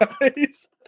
guys